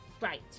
right